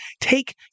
take